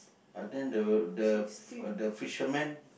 but then the the uh the fisherman